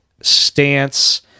stance